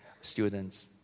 students